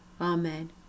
Amen